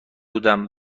بودم